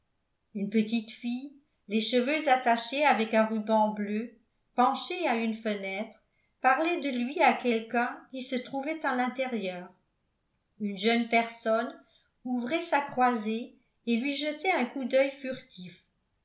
une petite fille les cheveux attachés avec un ruban bleu penchée à une fenêtre parlait de lui à quelqu'un qui se trouvait à l'intérieur une jeune personne ouvrait sa croisée et lui jetait un coup d'œil furtif